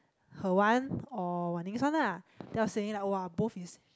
her one or Wan-Ning's one lah then I was saying like !wah! both is